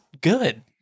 good